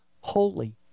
holy